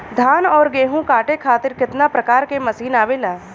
धान और गेहूँ कांटे खातीर कितना प्रकार के मशीन आवेला?